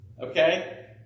Okay